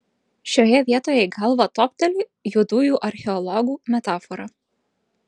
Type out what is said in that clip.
šioje vietoje į galvą topteli juodųjų archeologų metafora